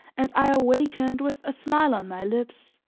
and i awakened with a smile on my lips,